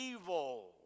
evil